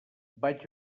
vaig